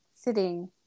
sitting